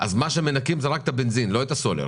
ואז מנקים רק את הבנזין, לא את הסולר.